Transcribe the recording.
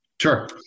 Sure